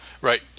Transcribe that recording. Right